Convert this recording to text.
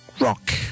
Rock